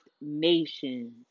nations